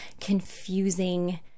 confusing